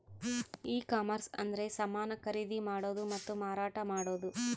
ಈ ಕಾಮರ್ಸ ಅಂದ್ರೆ ಸಮಾನ ಖರೀದಿ ಮಾಡೋದು ಮತ್ತ ಮಾರಾಟ ಮಾಡೋದು